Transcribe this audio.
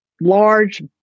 large